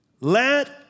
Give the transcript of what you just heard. Let